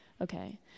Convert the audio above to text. Okay